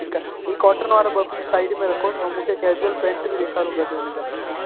ठीकु आहे हीअ कॉटन वारा ॿ पीस साइड में रखोसि ऐ ऐं केज़ुअल पेंट बि ॾेखारियो गॾु इनजा जी